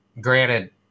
granted